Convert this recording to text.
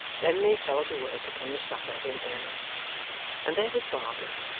then they fell to work upon the supper in earnest and there was barbara,